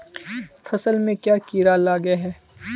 फसल में क्याँ कीड़ा लागे है?